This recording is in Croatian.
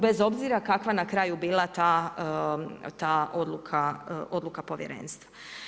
Bez obzira kakva na kraju bila ta odluka povjerenstva.